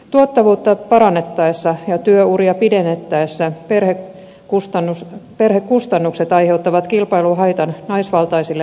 tuottavuutta parannettaessa ja työuria pidennettäessä perhekustannukset aiheuttavat kilpailuhaitan naisvaltaisille aloille